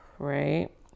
right